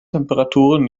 temperaturen